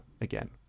again